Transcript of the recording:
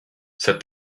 said